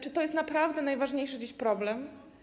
Czy to jest naprawdę najważniejszy dziś problem?